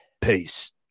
Peace